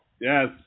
Yes